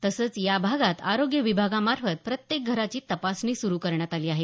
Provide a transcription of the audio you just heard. तसेच या भागात आरोग्य विभागामार्फत प्रत्येक घराची तपासणी सुरू करण्यात आली आहे